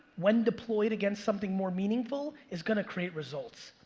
when deployed against something more meaningful, is gonna create results.